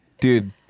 Dude